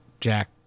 Jack